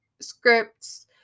scripts